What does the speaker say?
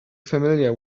familiar